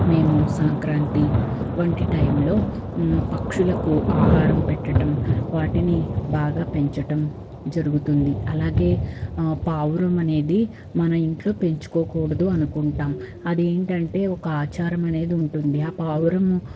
మేము సంక్రాంతి వంటి టైంలో పక్షులకు ఆహారం పెట్టటం వాటిని బాగా పెంచటం జరుగుతుంది అలాగే పావురం అనేది మన ఇంట్లో పెంచుకోకూడదు అనుకుంటాం అదేంటంటే ఒక ఆచారం అనేది ఉంటుంది ఆ పావురం